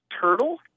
Turtle